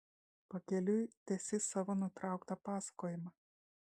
pakeliui tęsi savo nutrauktą pasakojimą